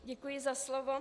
Děkuji za slovo.